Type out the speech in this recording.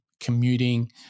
commuting